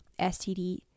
STD